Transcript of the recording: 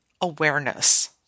awareness